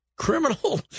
criminal